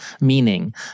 meaning